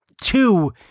two